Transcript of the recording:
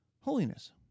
holiness